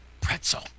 pretzel